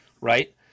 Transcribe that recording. right